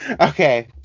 Okay